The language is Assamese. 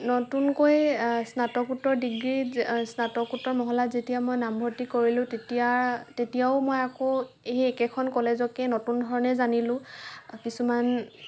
নতুনকৈ স্নাতকোত্তৰ ডিগ্ৰী স্নাতকোত্তৰ মহলাত যেতিয়া মই নাম ভৰ্তি কৰিলোঁ তেতিয়া তেতিয়াও মই আকৌ সেই একেখন কলেজকে নতুন ধৰণে জানিলোঁ কিছুমান